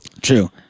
True